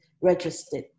registered